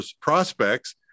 prospects